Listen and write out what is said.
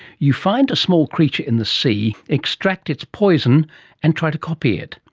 you find a small creature in the sea, extract its poison and try to copy it,